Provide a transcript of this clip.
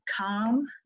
calm